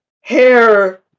hair